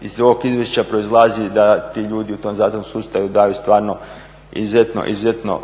iz ovog izvješća proizlazi da ti ljudi u tom zatvorskom sustavu daju stvarno izuzetno, izuzetno